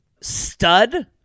stud